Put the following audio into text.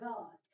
God